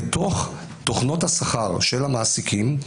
בתוך תוכנות השכר של המעסיקים,